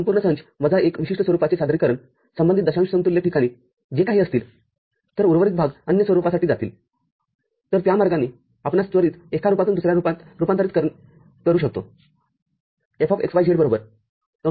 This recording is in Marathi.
तर संपूर्ण संच वजा एक विशिष्ट स्वरूपाचे सादरीकरणसंबंधित दशांश समतुल्य ठिकाणे जे काही असतीलतर उर्वरित भाग अन्य स्वरूपासाठी जातीलतर त्या मार्गाने आपण त्वरित एका रूपातून दुसर्या रुपात रूपांतरित करू शकतो